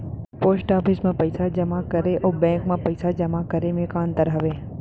post office मा पइसा जेमा करे अऊ बैंक मा पइसा जेमा करे मा का अंतर हावे